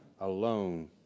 alone